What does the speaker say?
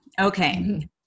okay